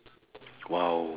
!wow!